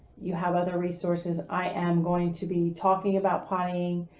you have other resources. i am going to be talking about pottying,